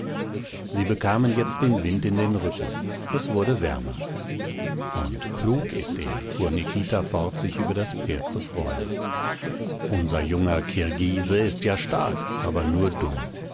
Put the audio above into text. sie bekamen jetzt den wind in den rücken es wurde wärmer und klug ist er fuhr nikita fort sich über das pferd zu freuen unser junger kirgise ist ja stark aber nur dumm